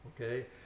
Okay